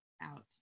out